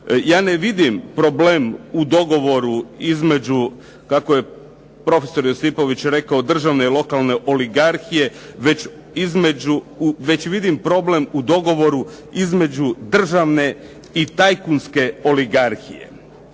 Ja ne vidim problem u dogovoru između kako je profesor Josipović rekao državne i lokalne oligarhije već vidim problem u dogovoru između državne i tajkunske oligarhije.